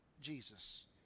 Jesus